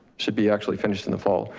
should be actually finished in the fall.